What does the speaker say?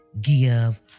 give